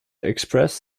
express